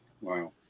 Wow